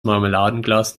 marmeladenglas